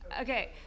Okay